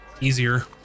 easier